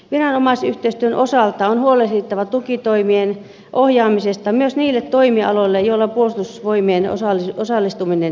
viranomaisyhteistyön osalta on huolehdittava tukitoimien ohjaamisesta myös niille toimialoille joilla puolustusvoimien osallistuminen heikkenee